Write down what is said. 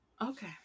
okay